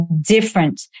different